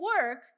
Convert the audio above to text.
work